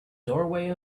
doorway